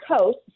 coast